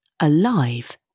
alive